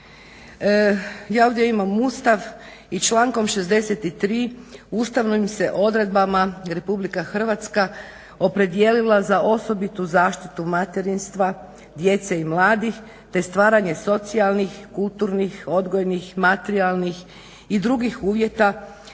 Ja ovdje imam Ustav i člankom 63. Ustavnim se odredbama RH opredijelila za osobitu zaštita materinstva, djece i mladih te stvaranje socijalnih, kulturnih, odgojnih, materijalnih i drugih uvjeta